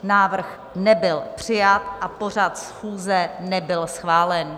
Návrh nebyl přijat a pořad schůze nebyl schválen.